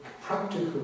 practical